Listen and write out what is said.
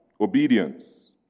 obedience